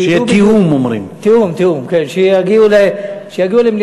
שידעו בדיוק, שיהיה תיאום, אומרים.